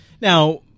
Now